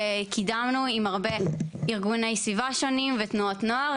קידמנו עם הרבה ארגוני סביבה שונים ותנועות נוער,